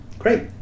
Great